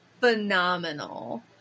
phenomenal